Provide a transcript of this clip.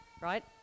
right